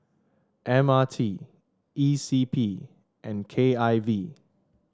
M R T E C P and K I V